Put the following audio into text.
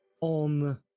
on